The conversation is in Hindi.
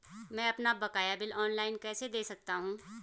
मैं अपना बकाया बिल ऑनलाइन कैसे दें सकता हूँ?